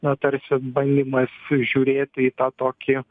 na tarsi bandymas žiūrėti į tą tokį